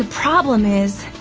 ah problem is,